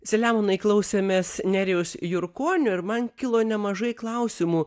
selemonai klausėmės nerijaus jurkonio ir man kilo nemažai klausimų